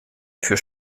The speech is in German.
für